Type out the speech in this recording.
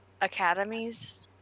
academies